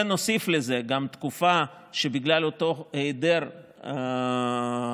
ונוסיף לזה גם תקופה שבגלל אותו היעדר שליטה